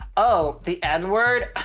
oh, the edward